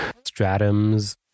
stratums